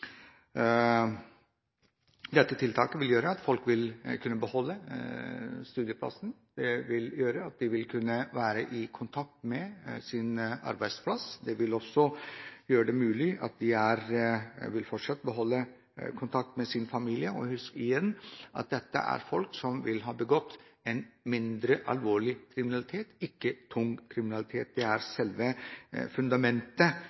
Dette tiltaket vil gjøre at folk vil kunne beholde studieplassen. Det vil gjøre at de vil kunne være i kontakt med sin arbeidsplass. Det vil også gjøre det mulig for dem fortsatt å beholde kontakt med sin familie. Husk igjen at dette er folk som vil ha begått mindre alvorlig kriminalitet, ikke tung kriminalitet. Det er selve fundamentet